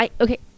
Okay